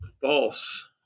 False